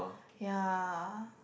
yea